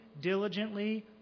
diligently